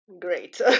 great